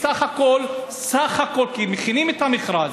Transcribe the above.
בסך הכול, סך הכול,